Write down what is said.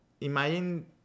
Imagine